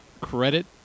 credit